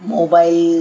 Mobile